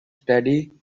steady